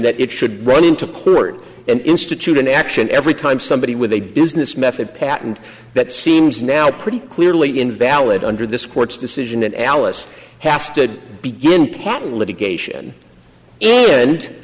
that it should run into court and institute an action every time somebody with a business method patents that seems now pretty clearly invalid under this court's decision and alice has to begin patent litigation and